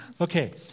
Okay